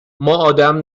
ادم